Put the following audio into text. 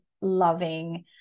loving